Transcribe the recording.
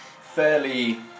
fairly